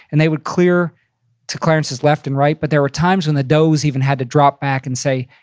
and they would clear to clarence's left and right, but there were times when the doughs even had to drop back and say,